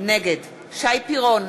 נגד שי פירון,